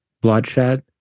bloodshed